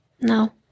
No